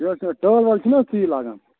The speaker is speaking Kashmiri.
یہِ حظ یہِ ٹٲل وٲل چھِو نا تُہی لاگان